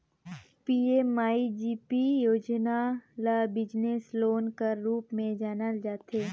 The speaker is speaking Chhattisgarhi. पीएमईजीपी योजना ल बिजनेस लोन कर रूप में जानल जाथे